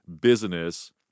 business